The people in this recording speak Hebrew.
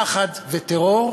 פחד וטרור,